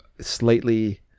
slightly